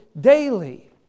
daily